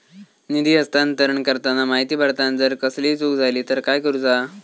निधी हस्तांतरण करताना माहिती भरताना जर कसलीय चूक जाली तर काय करूचा?